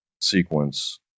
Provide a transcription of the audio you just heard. sequence